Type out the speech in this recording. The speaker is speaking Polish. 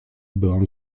byłam